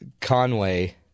Conway